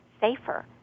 safer